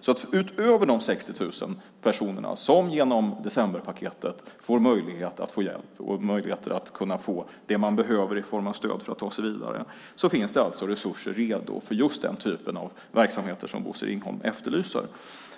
Så utöver de 60 000 personerna som genom decemberpaketet får möjlighet att få hjälp och det de behöver i form av stöd för att ta sig vidare finns det alltså resurser redo för den typ av verksamheter som Bosse Ringholm efterlyser.